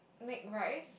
make rice